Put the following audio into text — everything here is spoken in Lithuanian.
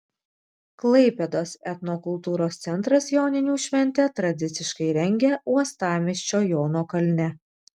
klaipėdos etnokultūros centras joninių šventę tradiciškai rengia uostamiesčio jono kalne